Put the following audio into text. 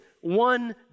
one